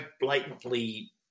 blatantly